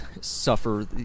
suffer